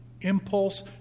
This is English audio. impulse